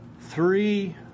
three